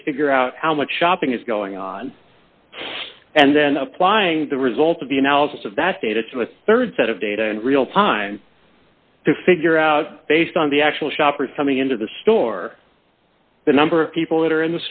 data to figure out how much shopping is going on and then applying the results of the analysis of that data to a rd set of data in real time to figure out based on the actual shoppers coming into the store the number of people that are in